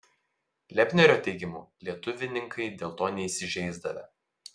lepnerio teigimu lietuvininkai dėl to neįsižeisdavę